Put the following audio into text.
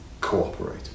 cooperate